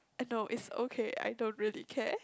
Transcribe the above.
I know it's okay I don't really care